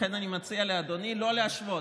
לכן אני מציע לאדוני שלא להשוות.